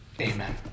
amen